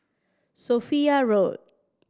Sophia Road